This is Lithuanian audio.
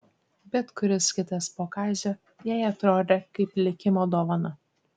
bet kuris kitas po kazio jai atrodė kaip likimo dovana